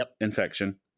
infection